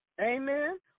Amen